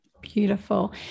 beautiful